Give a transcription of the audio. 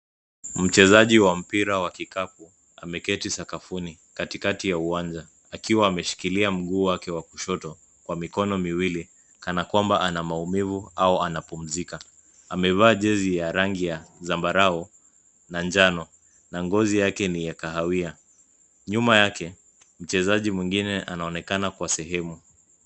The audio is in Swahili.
Mchezaji wa mpira wa kikapu ameketi sakafuni katikati ya uwanja akiwa ameshikilia mguu wake wa kushoto kwa mikono miwili kana kwamba ana maumivu au anapumzika. Amevaa jezi ya rangi ya zambarau na njano na ngozi yake ni ya kahawia. Nyuma yake mchezaji mwingine anaonekana kwa sehemu.